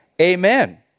amen